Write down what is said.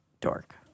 Dork